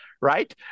right